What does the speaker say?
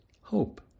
hope